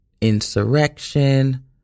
insurrection